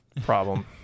problem